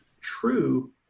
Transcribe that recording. true